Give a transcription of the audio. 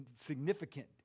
significant